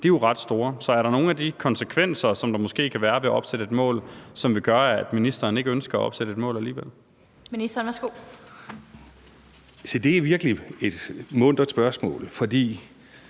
er jo ret store. Så er der nogen af de konsekvenser, som der måske kan være ved at opsætte et mål, som vil gøre, at ministeren ikke ønsker at opsætte et mål alligevel? Kl. 14:39 Den fg. formand